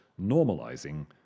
normalizing